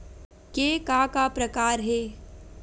के का का प्रकार हे?